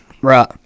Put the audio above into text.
Right